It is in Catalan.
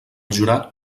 jurat